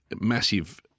massive